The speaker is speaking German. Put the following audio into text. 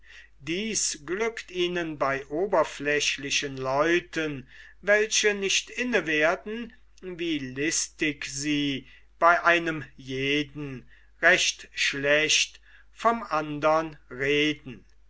dies glückt ihnen bei oberflächlichen leuten welche nicht inne werden wie listig sie bei einem jeden recht schlecht vom andern reden